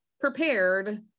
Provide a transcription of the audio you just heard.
prepared